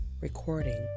recording